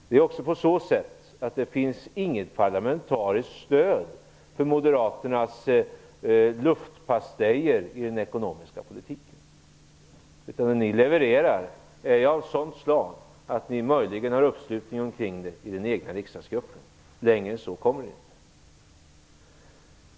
Det finns inte heller något parlamentariskt stöd för Det som de levererar är av sådant slag att man möjligen har uppslutning kring det i den egna riksdagsgruppen. Längre än så kommer de inte.